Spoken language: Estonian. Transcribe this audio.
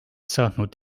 saatnud